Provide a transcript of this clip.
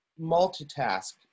multitask